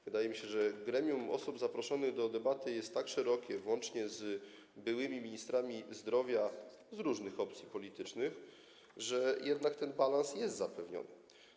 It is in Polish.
Wydaje mi się, że gremium osób zaproszonych do debaty jest tak szerokie, włącznie z byłymi ministrami zdrowia z różnych opcji politycznych, że jednak ten balans jest zapewniony.